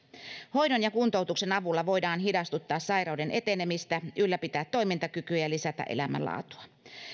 hoidon ja kuntoutuksen avulla voidaan hidastuttaa sairauden etenemistä ylläpitää toimintakykyä ja lisätä elämänlaatua